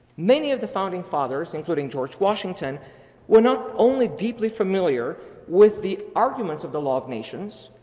many of the founding fathers including george washington were not only deeply familiar with the arguments of the law of nations,